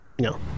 No